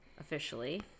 officially